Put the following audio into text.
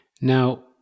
Now